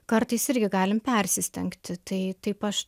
kartais irgi galim persistengti tai taip aš